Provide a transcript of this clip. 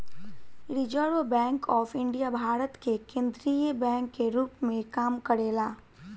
reserve Bank of India Bharat के केंद्रीय bank के रूप में काम करेला